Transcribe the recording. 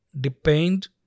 depend